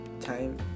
Time